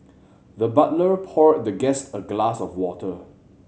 the butler poured the guest a glass of water